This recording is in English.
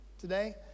today